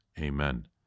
Amen